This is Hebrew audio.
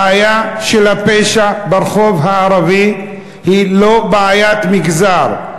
בעיית הפשע ברחוב הערבי היא לא בעיית מגזר,